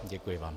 Děkuji vám.